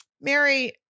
Mary